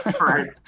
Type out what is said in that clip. Right